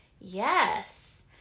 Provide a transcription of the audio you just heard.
Yes